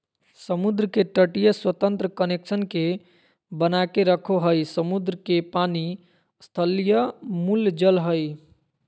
समुद्र के तटीय स्वतंत्र कनेक्शन के बनाके रखो हइ, समुद्र के पानी स्थलीय मूल जल हइ